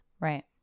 right